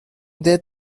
they